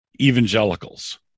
evangelicals